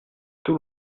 tout